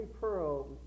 pearl